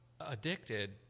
addicted